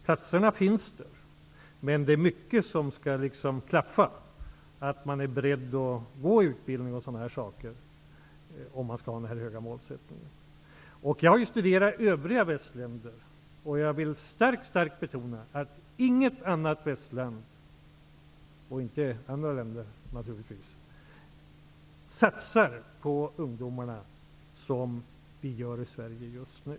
Platserna finns, men det är mycket som skall klaffa, t.ex. att man är beredd att gå en utbildning och sådana saker, om man skall ha den höga målsättningen. Jag har studerat hur det är i övriga västländer. Jag vill starkt betona att inget annat västland, naturligtvis inte heller andra länder, satsar på ungdomarna så som vi i Sverige gör just nu.